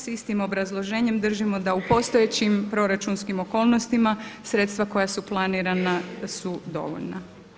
S istim obrazloženjem držimo da u postojećim proračunskim okolnostima sredstva koja su planirana su dovoljna.